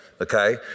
okay